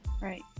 Right